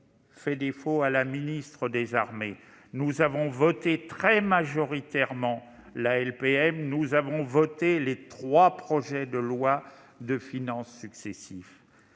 fait défaut à la ministre des armées. Nous avons adopté très largement la LPM et nous avons voté, dans les projets de loi de finances successifs,